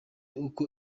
uko